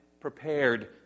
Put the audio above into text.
prepared